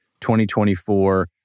2024